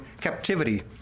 captivity